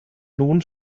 nun